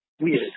weird